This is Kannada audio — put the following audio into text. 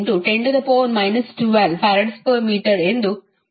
85 x 10 12 Fm ಎಂದು ನೀಡಲಾಗಿದೆ